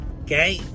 Okay